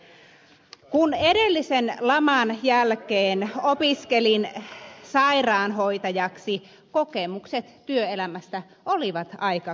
kun edellisen laman jälkeen opiskelin sairaanhoitajaksi kokemukset työelämästä olivat aika karmaisevia